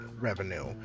revenue